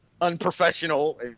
unprofessional